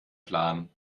plan